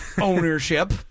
ownership